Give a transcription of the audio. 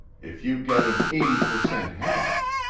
if you get an eighty per cent hatch,